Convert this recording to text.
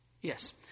Yes